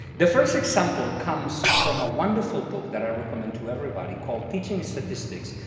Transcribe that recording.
the first example comes from a wonderful book that i recommend to everybody called teaching statistics,